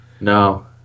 No